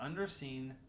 underseen